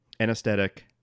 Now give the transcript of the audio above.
Anesthetic